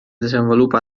desenvolupa